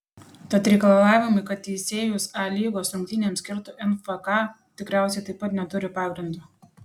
tad reikalavimai kad teisėjus a lygos rungtynėms skirtų nfka tikriausiai taip pat neturi pagrindo